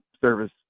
service